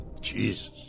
Jesus